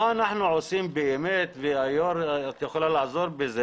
מה אנחנו עושים באמת והיושבת ראש יכולה לעזור בזה